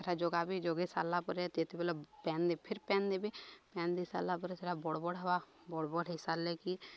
ସେଟା ଯୋଗାବେ ଯୋଗେଇ ସାରିଲା ପରେ ଯେତେବେଲେ ପାନ୍ ଫେର୍ ପାନ୍ ଦେବେ ପାନ୍ ଦେଇ ସାରିଲା ପରେ ସେଟା ବଡ଼ବଡ଼ ହେବା ବଡ଼ବଡ଼ ହେଇସାରିଲେ କି